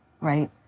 right